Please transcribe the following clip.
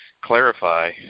clarify